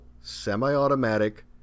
semi-automatic